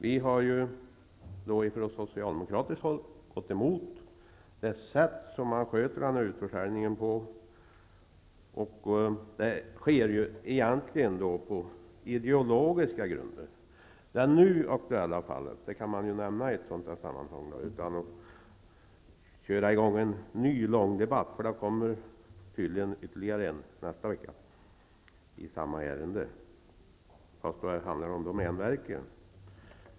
Vi har då från socialdemokratiskt håll gått emot det sätt som man sköter denna utförsäljning på, som egentligen sker på ideologiska grunder. Det nu aktuella fallet kan nämnas i det här sammanhanget utan att man kör i gång en ny, lång debatt -- en sådan kommmer tydligen i nästa vecka, om domänverket.